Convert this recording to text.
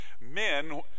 men